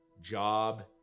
job